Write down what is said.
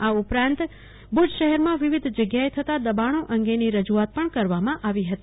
આ ઉપરાંત ભુજ શહેરમાં વિવિધ જગ્યાએ થતાં દબાણો અંગેની પણ રજૂઆત કરવામાંઆવી હતી